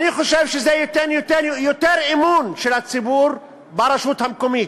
אני חושב שזה ייתן יותר אמון של הציבור ברשות המקומית.